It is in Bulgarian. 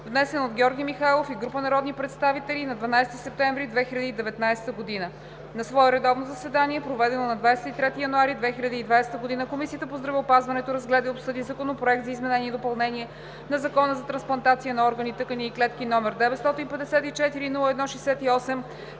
внесен от Георги Михайлов и група народни представители на 12 септември 2019 г. На свое редовно заседание, проведено на 23 януари 2020 г., Комисията по здравеопазването разгледа и обсъди Законопроект за изменение и допълнение на Закона за трансплантация на органи, тъкани и клетки, № 954-01-68,